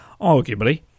arguably